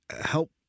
help